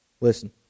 Listen